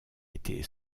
était